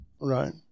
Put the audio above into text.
Right